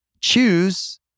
Choose